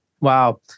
Wow